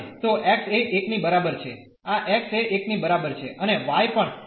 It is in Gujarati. તો x એ 1 ની બરાબર છે આ x એ 1 ની બરાબર છે અને y પણ 1 હશે